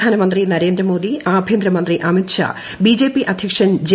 പ്രധാനമന്ത്രി നരേന്ദ്രമോദി ആഭ്യന്തരമന്ത്രി അമിത് ഷാ ബിജെപി അദ്ധ്യക്ഷൻ ജെ